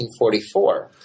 1944